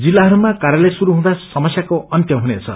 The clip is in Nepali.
जिलाहरूमा कार्यालय शुरर्खुँदा समस्याको अन्त्य हुनेछ